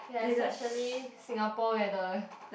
ya especially Singapore weather